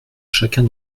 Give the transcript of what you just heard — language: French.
chacun